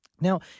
Now